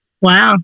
Wow